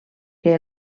que